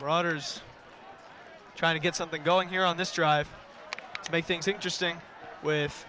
brodeur's trying to get something going here on this drive to make things interesting with